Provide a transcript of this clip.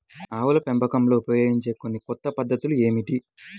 ఆవుల పెంపకంలో ఉపయోగించే కొన్ని కొత్త పద్ధతులు ఏమిటీ?